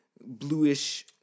bluish